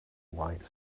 white